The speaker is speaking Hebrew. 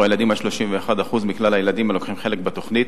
הילדים הערבים על 31% מכלל הילדים הלוקחים חלק בתוכנית.